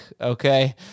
okay